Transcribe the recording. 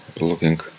looking